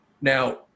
Now